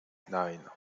nine